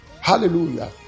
Hallelujah